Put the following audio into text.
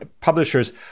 publishers